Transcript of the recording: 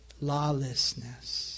lawlessness